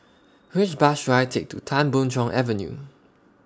Which Bus should I Take to Tan Boon Chong Avenue